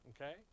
Okay